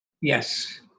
Yes